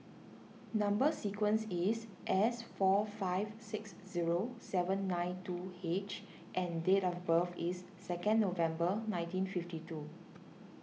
Number Sequence is S four five six zero seven nine two H and date of birth is second November nineteen fifty two